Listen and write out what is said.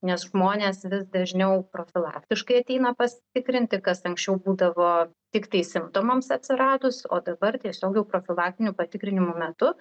nes žmonės vis dažniau profilaktiškai ateina pasitikrinti kas anksčiau būdavo tiktai simptomams atsiradus o dabar tiesiog jau profilaktinių patikrinimų metu